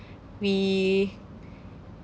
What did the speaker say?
we